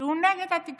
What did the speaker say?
שהוא נגד התקשורת.